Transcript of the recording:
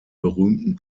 berühmten